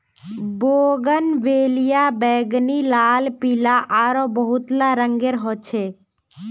bougainvillea बैंगनी, लाल, पीला आरो बहुतला रंगेर ह छे